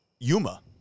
Yuma